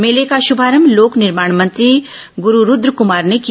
मेले का श्भारंभ लोक निर्माण मंत्री ग्रु रुद्रकुमार ने किया